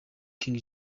king